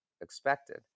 expected